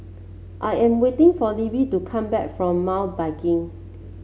I am waiting for Libby to come back from Mountain Biking